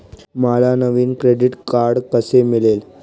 मला नवीन credit card कसे मिळेल?